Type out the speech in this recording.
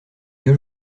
deux